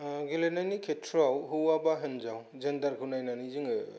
गेलेनायनि खेथ्रयाव हौवा बा हिनजाव जेन्दारखौ नायनानै जोङो